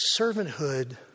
servanthood